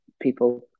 people